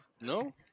No